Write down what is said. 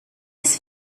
his